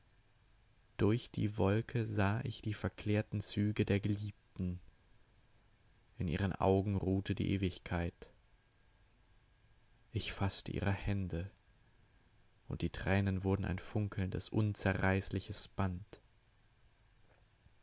durch die wolke sah ich die verklärten züge der geliebten in ihren augen ruhte die ewigkeit ich faßte ihre hände und die tränen wurden ein funkelndes unzerreißliches band